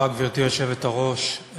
גברתי היושבת-ראש,